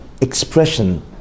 expression